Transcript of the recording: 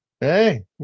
hey